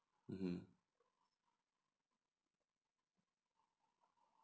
mmhmm